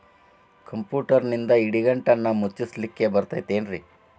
ಕಂಪ್ಯೂಟರ್ನಿಂದ್ ಇಡಿಗಂಟನ್ನ ಮುಚ್ಚಸ್ಲಿಕ್ಕೆ ಬರತೈತೇನ್ರೇ?